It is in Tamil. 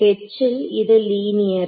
H ல் இது லீனியரா